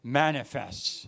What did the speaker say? manifests，